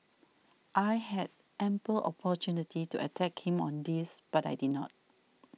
I had ample opportunity to attack him on this but I did not